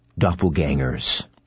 doppelgangers